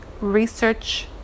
research